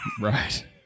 Right